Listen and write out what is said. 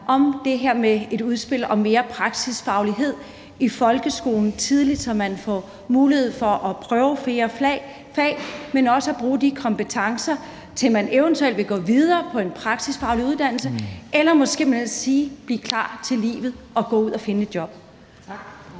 om det her med et udspil om mere praksisfaglighed i folkeskolen tidligt, så man får mulighed for at prøve flere fag og at bruge de kompetencer, så man eventuelt kan gå videre på en praksisfaglig uddannelse eller blive klar til livet og gå ud og finde et job?